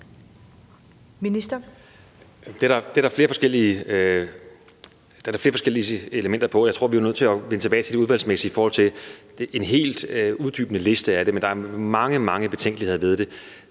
Det er der flere forskellige elementer i. Jeg tror, vi er nødt til at vende tilbage til det udvalgsmæssige i forhold til en helt uddybende liste af det, men der er mange, mange betænkeligheder ved det.